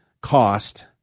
cost